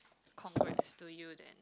congrats to you then